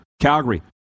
Calgary